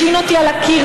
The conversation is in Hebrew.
השעין אותי על הקיר,